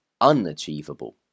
unachievable